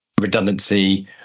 redundancy